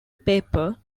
paper